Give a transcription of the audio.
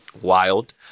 wild